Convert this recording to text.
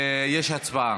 הצביע בטעות.